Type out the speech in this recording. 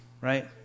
right